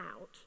out